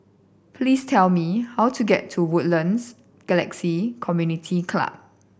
please tell me how to get to Woodlands Galaxy Community Club